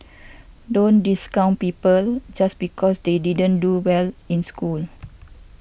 don't discount people just because they didn't do well in school